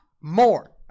more